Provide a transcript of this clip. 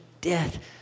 death